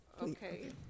Okay